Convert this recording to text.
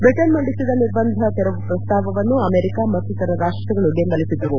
Britain ಮಂಡಿಸಿದ ನಿರ್ಬಂಧ ತೆರವು ಪ್ರಸ್ತಾವವನ್ನು ಅಮೆರಿಕಾ ಮತ್ತಿತರ ರಾಷ್ಟಗಳು ಬೆಂಬಲಿಸಿದ್ದವು